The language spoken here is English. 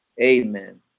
amen